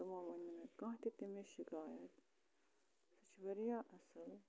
تِمو وٕنۍ نہٕ مےٚ کانٛہہ تہِ تٔمِچ شِکایت سُہ چھِ واریاہ اَصٕل